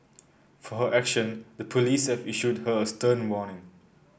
for her action the police have issued her a stern warning